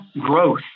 growth